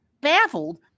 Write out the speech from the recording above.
baffled